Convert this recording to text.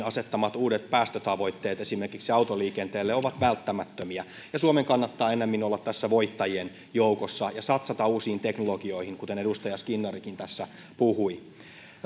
asettamat uudet päästötavoitteet esimerkiksi autoliikenteelle ovat välttämättömiä ja suomen kannattaa ennemmin olla tässä voittajien joukossa ja satsata uusiin teknologioihin kuten edustaja skinnarikin puhui